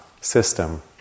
system